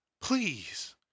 Please